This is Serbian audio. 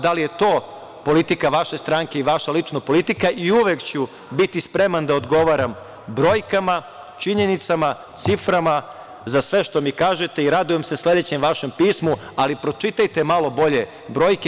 Da li je to politika vaše stranke i vaša lična politika i uvek ću biti spreman da odgovaram brojkama, činjenicama, ciframa za sve što mi kažete i radujem se sledećem vašem pismu, ali pročitajte malo bolje brojke.